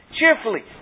Cheerfully